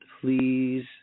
Please